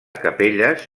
capelles